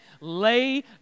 Lay